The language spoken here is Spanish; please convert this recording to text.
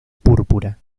púrpura